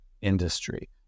industry